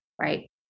Right